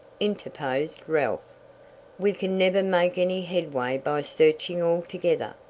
interposed ralph. we can never make any headway by searching all together.